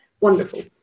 Wonderful